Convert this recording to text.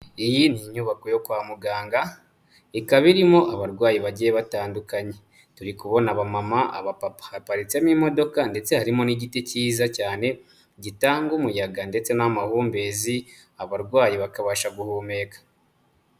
Iyi ni inyubako yo kwa muganga ikaba irimo abarwayi bagiye batandukanye, turi kubona abamama, abapapa, haparitsemo imodoka ndetse harimo n'igiti cyiza cyane gitanga umuyaga ndetse n'amahumbezi, abarwayi bakabasha guhumeka.